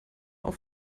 auf